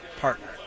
partner